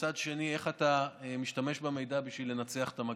ומצד שני איך אתה משתמש במידע בשביל לנצח את המגפה.